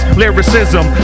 lyricism